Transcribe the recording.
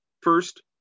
First